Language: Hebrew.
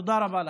תודה רבה לכם.